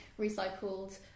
recycled